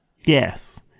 Yes